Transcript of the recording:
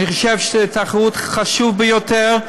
אני חושב שהתחרות חשובה ביותר,